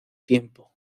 tiempo